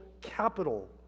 capital